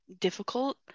difficult